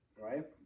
right